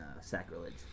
sacrilege